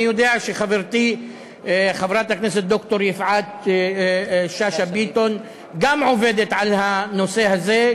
אני יודע שחברתי חברת הכנסת ד"ר יפעת שאשא ביטון גם עובדת על הנושא הזה,